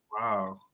Wow